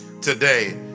today